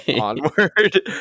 onward